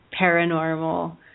paranormal